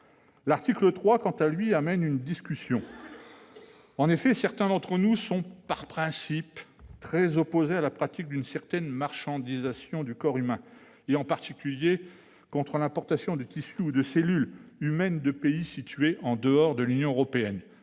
L'article 3 prête à discussion. En effet, certains d'entre nous sont, par principe, très opposés à la pratique d'une certaine marchandisation du corps humain et, en particulier, à l'importation de tissus ou de cellules humains en provenance de pays extérieurs à l'Union européenne,